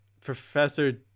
professor